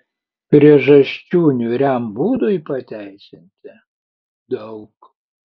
priežasčių niūriam būdui pateisinti daug